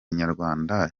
nyarwanda